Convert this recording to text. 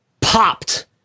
popped